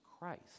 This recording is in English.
Christ